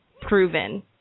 proven